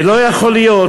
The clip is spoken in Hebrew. ולא יכול להיות,